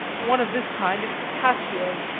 one of this kind is cassio